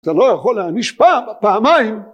אתה לא יכול להעניש פעמיים